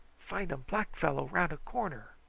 findum black fellow round a corner.